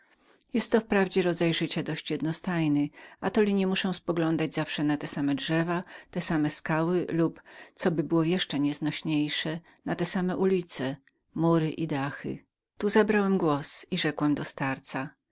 cyganów jestto wprawdzie rodzaj życia dość jednostajny atoli nie mam nieszczęścia poglądać zawsze na te same drzewa te same skały lub coby było jeszcze nieznośniejszem na te same ulice mury i dachy tu zabrałem głos i rzekłem do starca